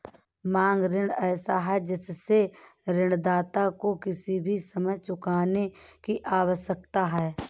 मांग ऋण ऐसा है जिससे ऋणदाता को किसी भी समय चुकाने की आवश्यकता है